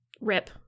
Rip